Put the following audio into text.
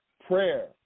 prayer